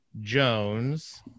Jones